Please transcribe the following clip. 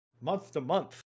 month-to-month